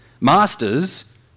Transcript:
Masters